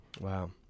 wow